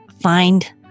find